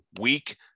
weak